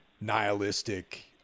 nihilistic